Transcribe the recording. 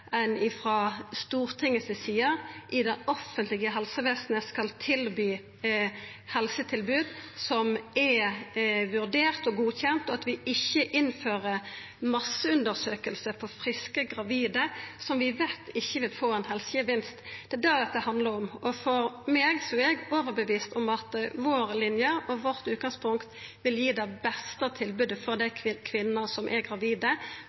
i det offentlege helsevesenet skal gi helsetilbod som er vurdert og godkjent, at vi ikkje innfører masseundersøkingar for friske gravide som vi veit ikkje vil få ein helsegevinst. Det er det dette handlar om. Eg er overtydd om at vår linje og vårt utgangspunkt vil gi det beste tilbodet til kvinner som er gravide,